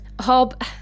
Hob